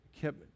kept